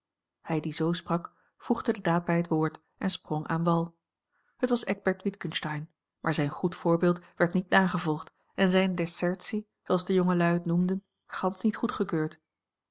hij die zoo sprak voegde de daad bij het woord en sprong aan wal het was eckbert witgensteyn maar zijn goed voorbeeld werd niet nagevolgd en zijne desertie zooals de jongelui het noemden gansch niet goedgekeurd